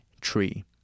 tree